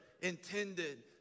intended